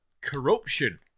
corruption